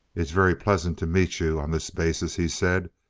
it's very pleasant to meet you on this basis, he said.